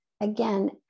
again